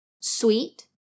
sweet